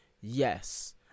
yes